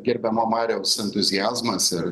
gerbiamo mariaus entuziazmas ir